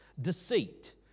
deceit